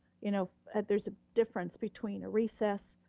you know there's a difference between a recess,